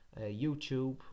YouTube